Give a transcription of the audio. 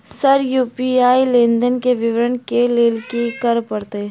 Sir UPI लेनदेन केँ विवरण केँ लेल की करऽ परतै?